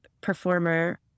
performer